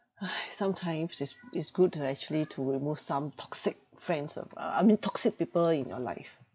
!hais! sometimes it's it's good to actually to remove some toxic friends um I mean toxic people in your life